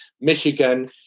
Michigan